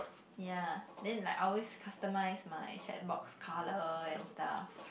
ya then like I always customize my chat box colour and stuff